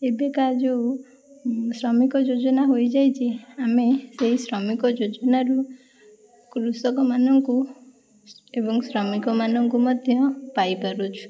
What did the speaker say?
ଏବେକା ଯେଉଁ ଶ୍ରମିକ ଯୋଜନା ହେଇଯାଇଛି ଆମେ ସେହି ଶ୍ରମିକ ଯୋଜନାରୁ କୃଷକମାନଙ୍କୁ ଏବଂ ଶ୍ରମିକମାନଙ୍କୁ ମଧ୍ୟ ପାଇପାରୁଛୁ